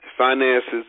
Finances